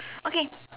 okay